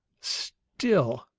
still,